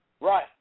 Right